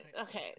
Okay